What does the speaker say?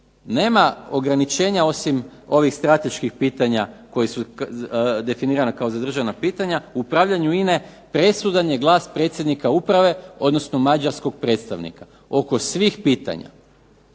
nema ograničenja osim ovih strateških pitanja koja su definirana kao za državna pitanja upravljanju INA-e presudan je glas predsjednika uprave, odnosno mađarskog predstavnika, oko svih pitanja